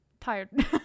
tired